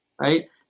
right